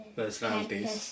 Personalities